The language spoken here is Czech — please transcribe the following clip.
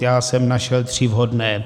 Já jsem našel tři vhodné.